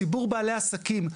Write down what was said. ציבור בעלי העסקים,